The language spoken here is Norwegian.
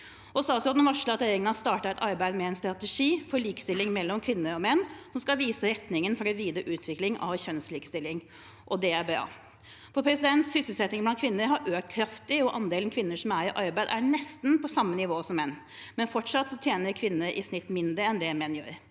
Statsråden varsler at regjeringen har startet et arbeid med en strategi for likestilling mellom kvinner og menn, som skal vise retningen for den videre utviklingen av kjønnslikestillingen. Det er bra. Sysselsettingen blant kvinner har økt kraftig, og andelen kvinner som er i arbeid, er nesten på samme nivå som menn. Likevel tjener kvinner i snitt fortsatt mindre enn det menn gjør.